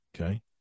Okay